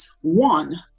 one